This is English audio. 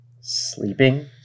Sleeping